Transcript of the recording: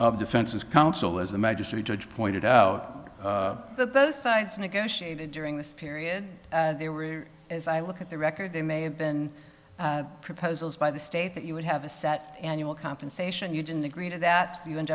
of defense counsel as a magistrate judge pointed out the both sides negotiated during this period they were as i look at the record they may have been proposals by the state that you would have a set annual compensation you didn't agree to that you end